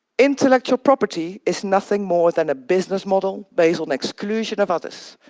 intellectual property is nothing more than a business model based on exclusion of others.